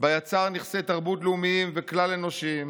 בה יצר נכסי תרבות לאומיים וכלל אנושיים,